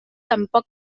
tampoc